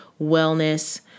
wellness